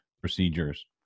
procedures